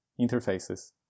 interfaces